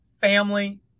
family